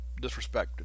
disrespected